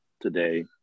today